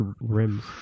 rims